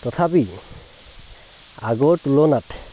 তথাপিও আগৰ তুলনাত